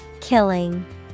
Killing